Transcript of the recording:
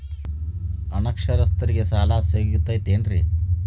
ಅನಕ್ಷರಸ್ಥರಿಗ ಸಾಲ ಸಿಗತೈತೇನ್ರಿ?